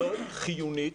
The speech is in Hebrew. לא רק חיונית,